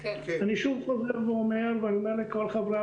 הצדדים ידונו ביניהם לגבי אופן תשלום